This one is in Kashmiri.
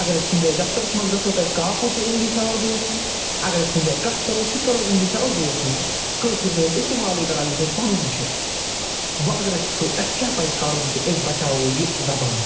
اگر أسۍ کُنہِ جاٮیہِ دفترس منٛز گژھو تتہِ کاکُد تہٕ اِنگلِش یا اردوس منٛز اگر أسۍ کُنہِ جایہِ کتھ کرو سُہ تہِ کرو انگلِش یا اردوس منٛزکٲ کٲشُر نہ أسۍ استعمالے کران یُس اسہِ پنُن چھُ وۄںۍ اگر أسۍ وٕچھو اسہِ کیٚاہ پزِ کرُن کہ أسۍ بچاوو یہِ زبان